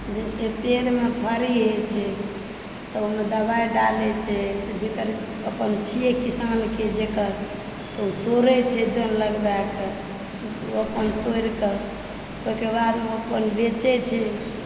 जेना पेड़मे फरी होएत छै तऽ ओहिमे दवाइ डालय छै जेकर अपन छियै किसानके जेकर ओ तोड़ै छै जन लगबाएके तेकर बाद ओ अपन तोड़िके ओहिके बाद ओ अपन बेचै छै